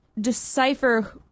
decipher